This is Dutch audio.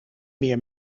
meer